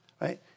right